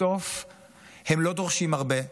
בסוף הם לא דורשים הרבה.